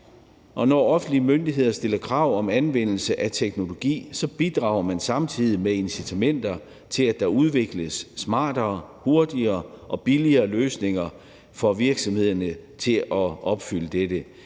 Når offentlige myndigheder stiller krav om anvendelse af teknologi, bidrager man samtidig med incitamenter til, at der udvikles smartere, hurtigere og billigere løsninger for virksomhederne til at opfylde dette.